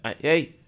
Hey